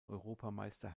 europameister